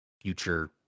future